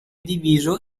diviso